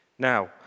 Now